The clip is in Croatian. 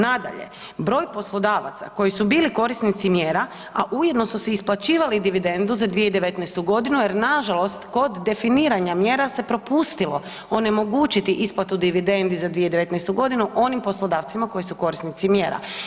Nadalje, broj poslodavaca koji su bili korisnici mjera, a ujedno su si isplaćivali dividendu za 2019.g. jer nažalost kod definiranja mjera se propustilo onemogućiti isplatu dividendi za 2019.g. onim poslodavcima koji su korisnici mjera.